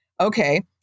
Okay